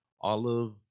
olive